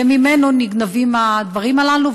וממנו נגנבים הדברים הללו,